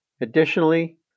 additionally